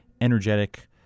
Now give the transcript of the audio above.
energetic